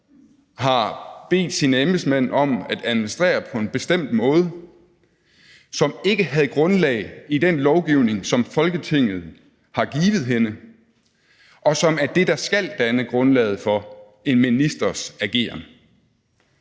har bedt sine embedsmænd om at administrere på en bestemt måde, som ikke havde grundlag i den lovgivning, som Folketinget har givet hende, og som er det, der skal danne grundlaget for en ministers ageren.